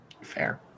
fair